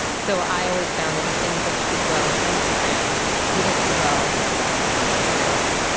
so i always found that the things that did well on instagram didn't do well on facebook